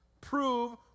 Prove